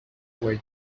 were